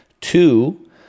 Two